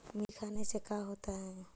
मिर्ची खाने से का होता है?